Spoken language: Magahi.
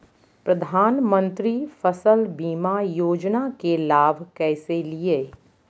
प्रधानमंत्री फसल बीमा योजना के लाभ कैसे लिये?